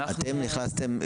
אתם נכנסים,